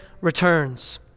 returns